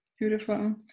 beautiful